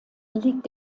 liegt